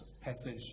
passage